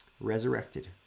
resurrected